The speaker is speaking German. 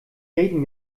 reden